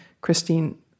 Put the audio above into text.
Christine